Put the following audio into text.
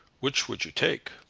which would you take?